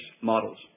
models